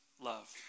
love